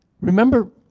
Remember